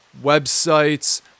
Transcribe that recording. websites